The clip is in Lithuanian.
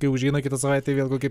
kai užeina kitą savaitę vėl kokie